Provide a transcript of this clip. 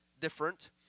different